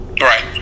right